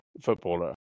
footballer